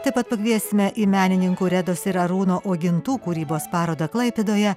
taip pat pakviesime į menininkų redos ir arūno uogintų kūrybos parodą klaipėdoje